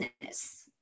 business